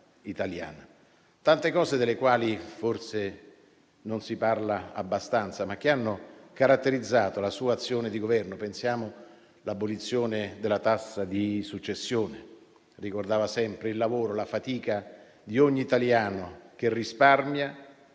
italiani. Tante cose, delle quali forse non si parla abbastanza, hanno caratterizzato la sua azione di Governo: pensiamo all'abolizione della tassa di successione. Ricordava sempre il lavoro e la fatica di ogni italiano che risparmia